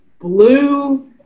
blue